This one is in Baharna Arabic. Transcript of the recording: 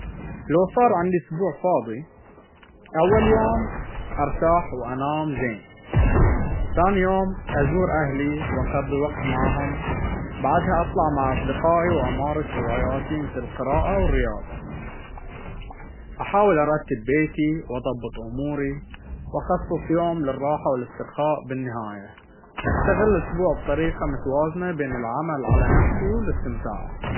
لو صار عندي أسبوع فاضي، أول يوم أرتاح وأنام زين، ثاني يوم أزور أهلي وأقضي وقت معهم. بعدها أطلع مع أصدقائي، وأمارس هواياتي مثل القراءة أو الرياضة. أحاول أرتب بيتي وأظبط أموري، وأخصص يوم للراحة والاسترخاء. بالنهاية، أستغل الأسبوع بطريقة متوازنة بين العمل على نفسي والاستمتاع.